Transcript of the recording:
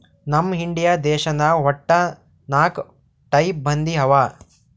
ನಮ್ ಇಂಡಿಯಾ ದೇಶನಾಗ್ ವಟ್ಟ ನಾಕ್ ಟೈಪ್ ಬಂದಿ ಅವಾ